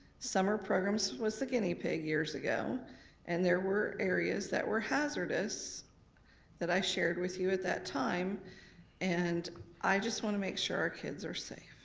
summer programs was the guinea pig years ago and there were areas that were hazardous that i shared with you at that time and i just wanna make sure our kids are safe.